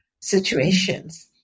situations